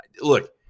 look